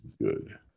Good